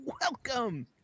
Welcome